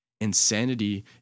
Insanity